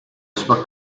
sua